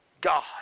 God